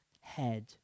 head